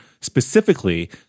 specifically